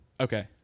Okay